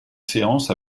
séance